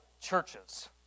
churches